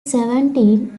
seventeen